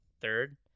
third